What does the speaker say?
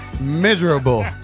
miserable